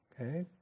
Okay